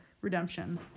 redemption